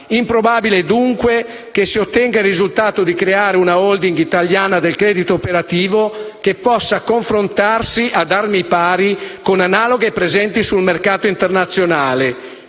Improbabile dunque che si ottenga il risultato di creare una *holding* italiana del credito cooperativo che possa confrontarsi ad armi pari con analoghe presenti sul mercato internazionale.